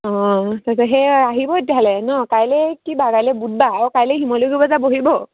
অঁ তাকে সেই আহিব তেতিয়াহ'লে ন কাইলৈ কি বাৰ কাইলৈ বুধবাৰ অঁ কাইলৈ শিমলুগুৰি বজাৰ বহিব